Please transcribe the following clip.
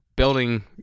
building